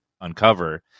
uncover